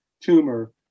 tumor